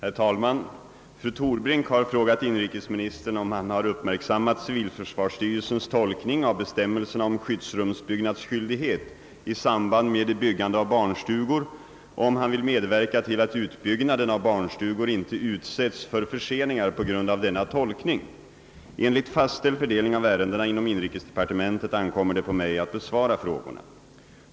Herr talman! Fru Torbrink har frågat inrikesministern, om han har uppmärksammat civilförsvarsstyrelsens tolkning av bestämmelserna om skyddsrumsbyggnadsskyldighet i samband med byggande av barnstugor och om han vill medverka till att utbyggnaden av barnstugor inte utsätts för förseningar på grund av denna tolkning. Enligt fastställd fördelning av ärendena inom inrikesdepartementet ankommer det på mig att besvara frågorna.